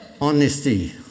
Honesty